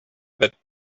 that